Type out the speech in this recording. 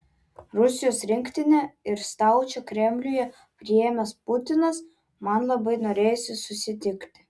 rusijos rinktinę ir staučę kremliuje priėmęs putinas man labai norėjosi susitikti